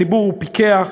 הציבור הוא פיקח,